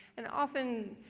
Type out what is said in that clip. and often,